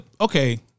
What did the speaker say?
Okay